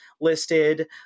listed